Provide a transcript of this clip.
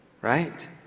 Right